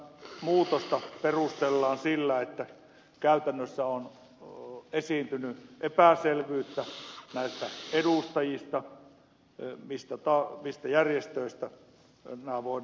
tätä muutosta perustellaan sillä että käytännössä on esiintynyt epäselvyyttä näistä edustajista mistä järjestöistä nämä voidaan asettaa